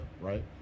right